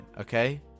okay